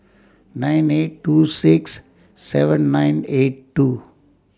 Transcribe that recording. nine eight two six seven nine eight two